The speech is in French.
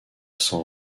sans